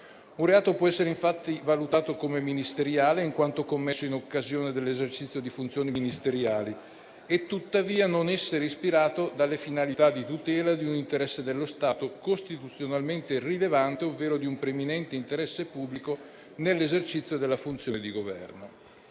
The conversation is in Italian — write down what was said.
Un reato può essere infatti valutato come ministeriale in quanto commesso in occasione dell'esercizio di funzioni ministeriali e, tuttavia, non essere ispirato dalle finalità di tutela di un interesse dello Stato costituzionalmente rilevante, ovvero di un preminente interesse pubblico nell'esercizio della funzione di Governo.